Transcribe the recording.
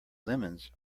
lemons